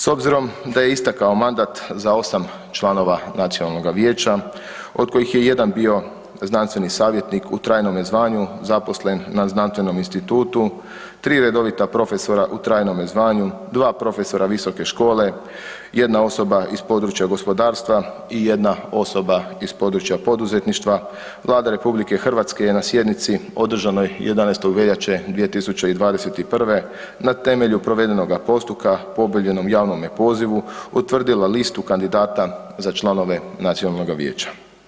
S obzirom da je istekao mandat za 8 članova nacionalnoga vijeća od kojih je jedan bio znanstveni savjetnik u trajnome zvanju zaposlen na znanstvenom institutu, 3 redovita profesora u trajnome zvanju, 2 profesora visoke škole, jedna osoba iz područja gospodarstva i jedna osoba iz područja poduzetništva Vlada RH je na sjednici održanoj 11. veljače 2021. na temelju provedenoga postupka po objavljenom javnome pozivu utvrdila listu kandidata za članove nacionalnoga vijeća.